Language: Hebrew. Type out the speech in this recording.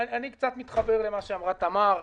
אני קצת מתחבר אל מה שאמרה תמר זנדברג: